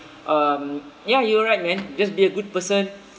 um ya you're right man just be a good person